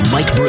Mike